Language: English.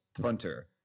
punter